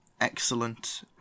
excellent